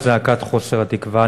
את זעקת חוסר התקווה.